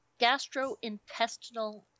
gastrointestinal